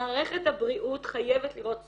מערכת הבריאות חייבת לראות סובייקטים.